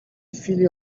chwili